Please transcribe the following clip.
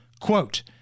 quote